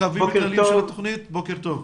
בוקר טוב.